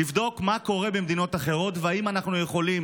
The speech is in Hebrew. לבדוק מה קורה במדינות אחרות ואם אנחנו יכולים